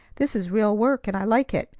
this is real work, and i like it.